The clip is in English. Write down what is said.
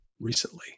recently